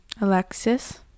Alexis